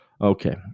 Okay